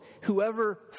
Whoever